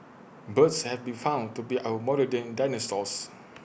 birds have been found to be our modern day dinosaurs